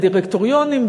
בדירקטוריונים,